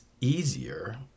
easier